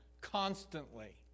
constantly